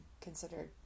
considered